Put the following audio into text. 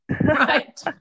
Right